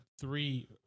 three